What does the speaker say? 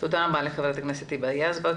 תודה ח"כ היבה יזבק.